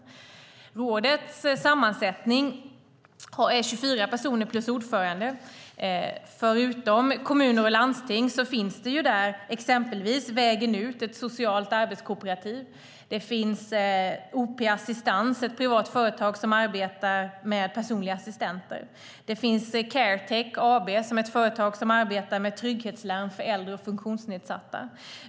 Rådet består av 24 personer plus ordförande. Förutom kommuner och landsting finns i rådets sammansättning exempelvis Vägen ut, som är ett socialt arbetskooperativ. OP Assistans, ett privat företag som arbetar med personliga assistenter, finns där. Där finns Caretech AB, som är ett företag som arbetar med trygghetslarm för äldre och funktionsnedsatta.